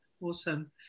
awesome